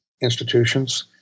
institutions